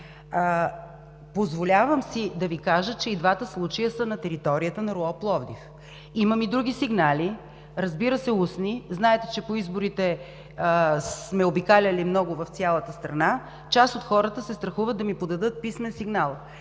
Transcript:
Позволявам си да Ви кажа, че и двата случая са на територията на РУО – Пловдив. Имам и други сигнали, разбира се, устни. Знаете, че по изборите сме обикаляли много в цялата страна, част от хората се страхуват да ми подадат писмен сигнал.